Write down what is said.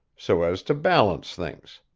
so as to balance things.